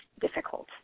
difficult